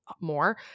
more